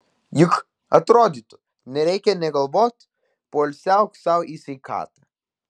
juk atrodytų nereikia nė galvoti poilsiauk sau į sveikatą